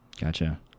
Gotcha